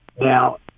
Now